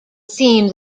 theme